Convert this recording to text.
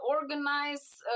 organize